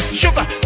sugar